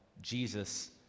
Jesus